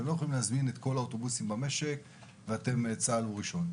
אי אפשר להזמין את כל האוטובוסים במשק וצה"ל הוא הראשון.